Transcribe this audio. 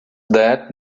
that